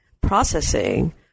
processing